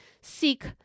seek